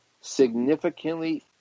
significantly